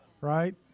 Right